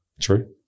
True